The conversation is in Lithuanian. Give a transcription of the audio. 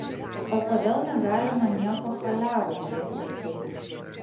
o kodėl negalima nieko chaliavai šiais laikais